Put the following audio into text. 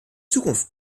zukunft